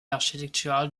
architecturale